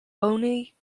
only